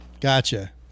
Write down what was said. Gotcha